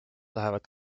lähevad